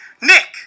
Nick